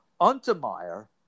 Untermeyer